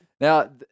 Now